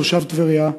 תושב טבריה,